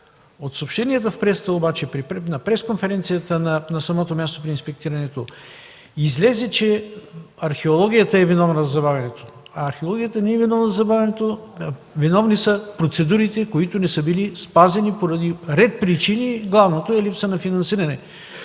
От съобщенията в пресата обаче на пресконференцията на самото място на инспектирането излезе, че археологията е виновна за забавянето. Археологията не е виновна за забавянето. Виновни са процедурите, които не са били спазени поради ред причини – главното е липса на финансиране.